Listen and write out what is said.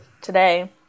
today